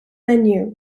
menus